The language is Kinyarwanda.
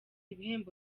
ibihembo